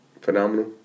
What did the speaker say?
Phenomenal